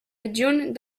adjunt